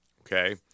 okay